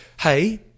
hey